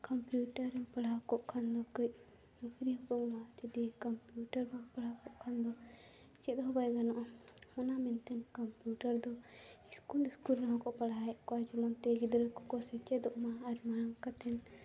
computer ᱦᱚᱸ ᱯᱟᱲᱦᱟᱣ ᱠᱚᱜ ᱠᱷᱟᱱ ᱫᱚ ᱠᱟᱹᱡ ᱱᱩᱠᱨᱤ ᱦᱚᱸᱠᱚ ᱮᱢᱟ ᱡᱩᱫᱤ ᱠᱚᱢᱯᱤᱭᱩᱴᱟᱨ ᱵᱟᱢ ᱯᱟᱲᱦᱟᱣ ᱠᱚᱜ ᱠᱷᱟᱱ ᱫᱚ ᱪᱮᱫ ᱦᱚ ᱵᱟᱭ ᱜᱟᱱᱚᱜᱼᱟ ᱚᱱᱟ ᱢᱮᱱᱛᱮᱱ ᱠᱚᱢᱯᱤᱭᱩᱴᱟᱨ ᱫᱚ ᱤᱥᱠᱩᱞ ᱤᱥᱠᱩᱞ ᱨᱮᱦᱚᱸ ᱠᱚ ᱯᱟᱲᱦᱟᱣᱮᱜ ᱠᱚᱣᱟ ᱡᱮᱢᱚᱱ ᱛᱮ ᱜᱤᱫᱽᱨᱟᱹ ᱠᱚᱠᱚ ᱥᱮᱪᱮᱫᱚᱜ ᱢᱟ ᱟᱨ ᱢᱟᱲᱟᱝ ᱠᱟᱛᱮ